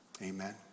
Amen